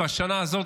והשנה הזאת,